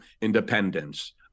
independence